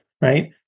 right